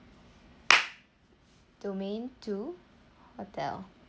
domain two hotel